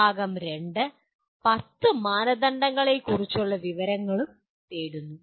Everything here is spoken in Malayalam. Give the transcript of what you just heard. ഭാഗം 2 10 മാനദണ്ഡങ്ങളെക്കുറിച്ചുള്ള വിവരങ്ങൾ തേടുന്നു